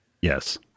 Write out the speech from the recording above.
Yes